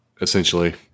essentially